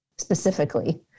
Specifically